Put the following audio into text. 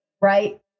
Right